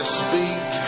speak